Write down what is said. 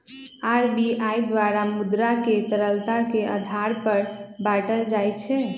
RBI द्वारा मुद्रा के तरलता के आधार पर बाटल जाइ छै